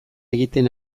egiten